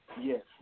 Yes